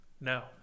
No